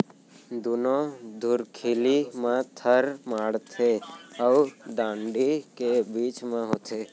दुनो धुरखिली म थर माड़थे अउ डांड़ी के बीच म होथे